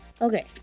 Okay